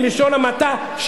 בלשון המעטה,